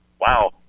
wow